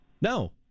No